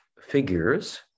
figures